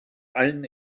allen